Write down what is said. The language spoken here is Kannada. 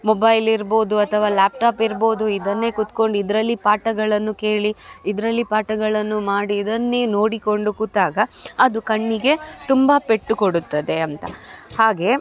ಮೊಬೈಲ್ ಇರ್ಬೋದು ಅಥವಾ ಲ್ಯಾಪ್ಟಾಪ್ ಇರ್ಬೋದು ಇದನ್ನೇ ಕೂತುಕೊಂಡು ಇದರಲ್ಲಿ ಪಾಠಗಳನ್ನು ಕೇಳಿ ಇದರಲ್ಲಿ ಪಾಠಗಳನ್ನು ಮಾಡಿ ಇದನ್ನೇ ನೋಡಿಕೊಂಡು ಕೂತಾಗ ಅದು ಕಣ್ಣಿಗೆ ತುಂಬ ಪೆಟ್ಟು ಕೊಡುತ್ತದೆ ಅಂತ ಹಾಗೇ